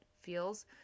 feels